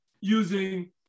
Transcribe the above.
using